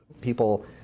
People